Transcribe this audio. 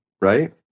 right